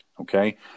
Okay